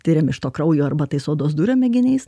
tiriam iš to kraujo arba tais odos dūrio mėginiais